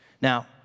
Now